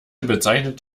bezeichnet